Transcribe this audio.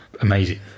amazing